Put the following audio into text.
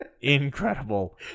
Incredible